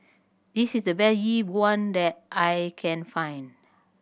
this is the best Yi Bua that I can find